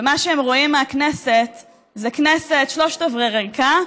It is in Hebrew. ומה שהם רואים מהכנסת זה כנסת שלושת רבעי ריקה,